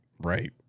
Right